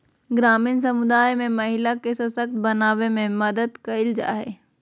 ग्रामीण समुदाय में महिला के सशक्त बनावे में मदद कइलके हइ